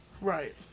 Right